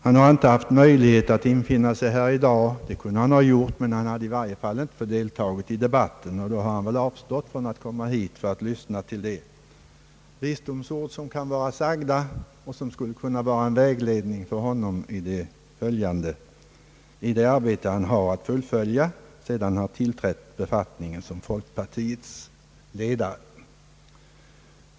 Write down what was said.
Han har inte haft möjlighet att infinna sig här i dag — eller om han hade infunnit sig hade han i varje fall inte fått delta i debatten, och då har han väl avstått från att komma hit för att lyssna till de visdomsord som kan vara sagda och som skulle kunna vara en vägledning för honom i det arbete han har att fullfölja sedan han tillträtt befatiningen som folkpartiets ledare.